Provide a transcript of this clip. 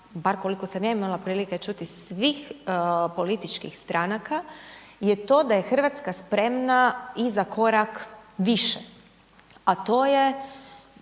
bar koliko sam ja imala prilike čuti, svih političkih stranaka je to da je RH spremna i za korak više, a to je